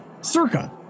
Circa